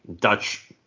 Dutch